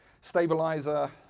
Stabilizer